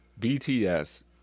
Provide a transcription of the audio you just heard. BTS